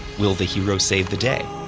will the hero save the day?